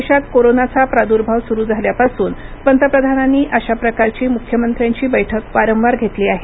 देशात कोरोनाचा प्रादूर्भाव सुरू झाल्यापासून पंतप्रधानांनी अशा प्रकारची मुख्यमंत्र्यांची बैठक वारंवार घेतली आहे